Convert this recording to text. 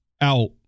out